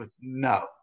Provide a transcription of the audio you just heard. No